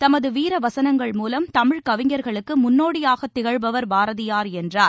தமதுவீரவசனங்கள் மூலம் தமிழ்க் கவிஞர்களுக்குமுன்னோடியாகத் திகழ்பவர் பாரதியார் என்றார்